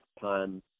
time